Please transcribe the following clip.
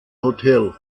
hotel